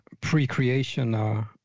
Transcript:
pre-creation